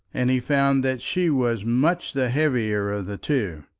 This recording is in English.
and he found that she was much the heavier of the two.